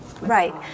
Right